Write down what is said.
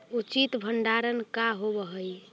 उचित भंडारण का होव हइ?